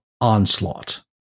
Onslaught